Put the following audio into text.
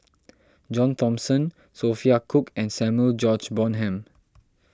John Thomson Sophia Cooke and Samuel George Bonham